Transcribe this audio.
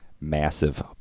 massive